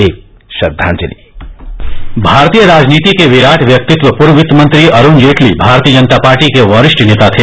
एक श्रद्वांजलि भारतीय राजनीति के विराट व्यक्तित्व पूर्व वित्त मंत्री अरुण जेटली भारतीय जनता पार्टी के वरिष्ठ नेता थे